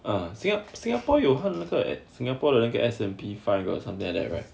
ah singapore singapore 有看那个 at singapore 的 S&P five or something like that right